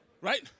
right